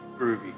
Groovy